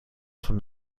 from